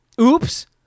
Oops